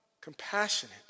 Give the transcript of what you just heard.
compassionate